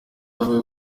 avuga